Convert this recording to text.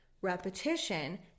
repetition